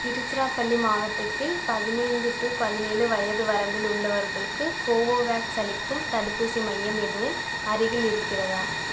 திருச்சிராப்பள்ளி மாவட்டத்தில் பதினைந்து டு பதினேழு வயது வரம்பில் உள்ளவர்களுக்கு கோவோவேக்ஸ் அளிக்கும் தடுப்பூசி மையம் எதுவும் அருகில் இருக்கிறதா